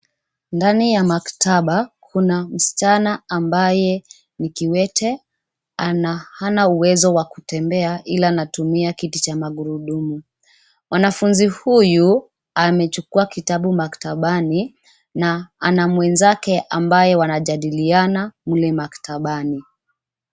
Ndani ya maktaba kuna msichana amabaye ni kiwete hana uwezo wa kutembea ila anatumia kiti cha magurudumu. Mwanafunzi huyu amechukuwa kitabu maktabani na ana mwezake ambaye wanajadiliana naye maktabani.